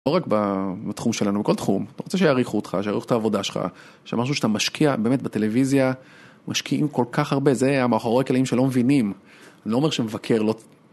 לא רק בתחום שלנו, בכל תחום, אתה רוצה שיעריכו אותך, שיעריכו את העבודה שלך, שמשהו שאתה משקיע. באמת בטלוויזיה, משקיעים כל כך הרבה, זה האחורי הקלעים שלא מבינים, לא אומר שמבקר, לא...